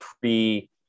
pre